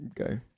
Okay